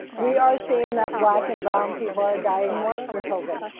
we are seeing that black and brown people are dying more from covid,